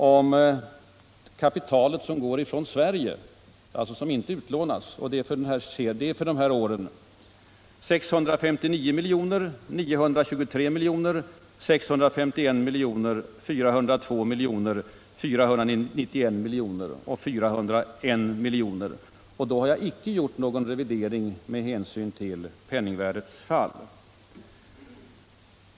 Det kapital som gick från Sverige, som alltså inte lånades upp utomlands, uppgick år 1972 till 659 miljoner, 1973 till 923 miljoner, 1974 till 651 miljoner, 1975 till 402 miljoner, 1976 till 491 miljoner och 1977 till 401 miljoner. Då har jag ändå icke gjort någon revidering med hänsyn till penningvärdets fall.